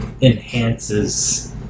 enhances